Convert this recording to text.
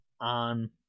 on